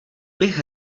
bych